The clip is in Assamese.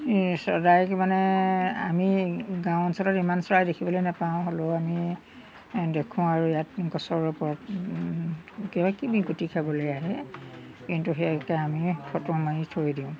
চৰাইক মানে আমি গাঁও অঞ্চলত ইমান চৰাই দেখিবলৈ নাপাওঁ হ'লেও আমি দেখোঁ আৰু ইয়াত গছৰ ওপৰত কিবা কিবি গুটি খাবলৈ আহে কিন্তু সেয়ে আমি ফটো মাৰি থৈ দিওঁ